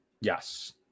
yes